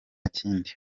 kindi